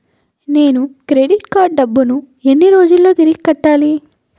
నేను credit card డబ్బును ఎన్ని రోజుల్లో తిరిగి కట్టాలి?